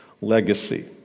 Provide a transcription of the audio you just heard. legacy